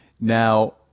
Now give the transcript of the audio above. Now